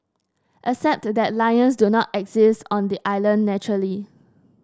except that lions do not exist on the island naturally